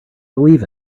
believe